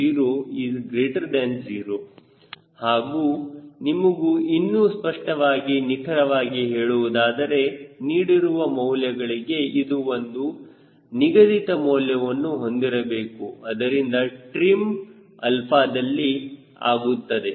Cm00 ಹಾಗೂ ನಿಮಗೆ ಇನ್ನೂ ಸ್ಪಷ್ಟವಾಗಿ ನಿಖರವಾಗಿ ಹೇಳುವುದಾದರೆ ನೀಡಿರುವ ಮೌಲ್ಯಗಳಿಗೆ ಅದು ಒಂದು ನಿಗದಿತ ಮೌನವನ್ನು ಹೊಂದಿರಬೇಕು ಅದರಿಂದ ಟ್ರಿಮ್ 𝛼ದಲ್ಲಿ ಆಗುತ್ತದೆ